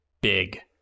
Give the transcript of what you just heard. big